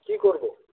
কী করব